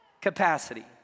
capacity